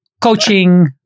coaching